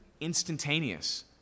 instantaneous